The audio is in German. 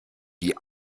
die